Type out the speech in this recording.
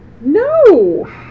No